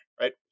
right